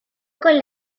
con